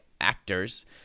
actors